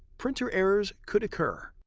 printer errors could occur.